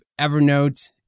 Evernote